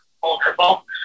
Vulnerable